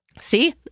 See